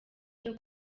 cyo